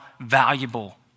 valuable